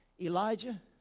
Elijah